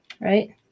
right